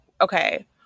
okay